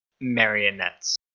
Marionettes